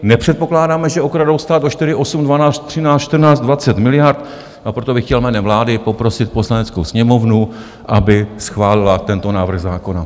Nepředpokládáme, že okradou stát o čtyři, osm, dvanáct, třináct, čtrnáct, dvacet miliard, a proto bych chtěl jménem vlády poprosit Poslaneckou sněmovnu, aby schválila tento návrh zákona.